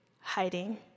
hiding